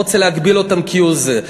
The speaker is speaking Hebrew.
אני לא רוצה להגביל אותם כהוא-זה.